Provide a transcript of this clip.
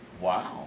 Wow